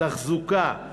תחזוקה,